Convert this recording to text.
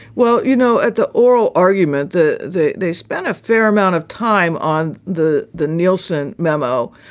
well, you know, at the oral argument, the the they spent a fair amount of time on the the neilson memo.